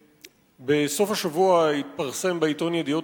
בסוף השבוע התפרסם בעיתון "ידיעות